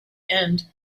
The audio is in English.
end